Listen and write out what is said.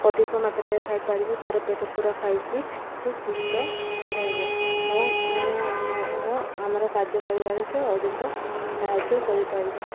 ଅଧିକ ମାତ୍ରାରେ ଖାଇପାରିବ ତାର ପେଟ ପୁରା ଖାଇକି ସେ ସୁସ୍ଥ ରହିବ ଏବଂ ଆମେ ଆମର ଆମର କାର୍ଯ୍ୟ କରିବାରେ ସେ ଅଧିକ ସାହାଯ୍ୟ କରିପାରିବ